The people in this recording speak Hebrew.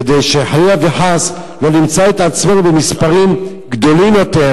כדי שחלילה וחס לא נמצא את עצמנו במספרים גדולים יותר,